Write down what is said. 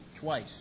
twice